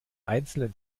einzelnen